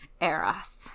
Eros